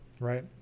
right